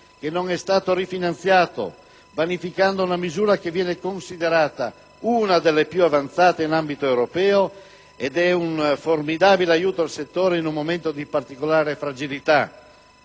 che non è stato rifinanziato, vanificando una misura che viene considerata una delle più avanzate in ambito europeo e un formidabile aiuto al settore in un momento di particolare fragilità,